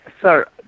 sir